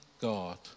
God